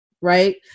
right